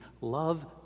love